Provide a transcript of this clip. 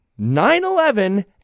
9-11